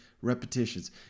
repetitions